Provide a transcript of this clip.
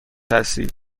هستید